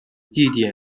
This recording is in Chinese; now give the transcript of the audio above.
地点